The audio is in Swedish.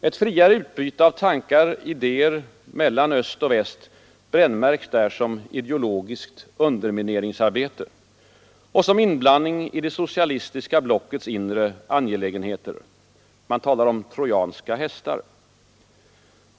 Ett friare utbyte av tankar och idéer mellan öst och väst brännmärks där som ”ideologiskt undermineringsarbete” och som inblandning i det socialistiska blockets inre angelägenheter — man talar om ”trojanska hästar”.